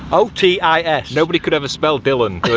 o, t, i, s. nobody could ever spell dillon,